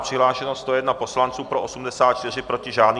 Přihlášeno 101 poslanců, pro 84, proti žádný.